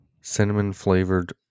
cinnamon-flavored